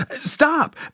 stop